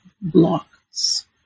blocks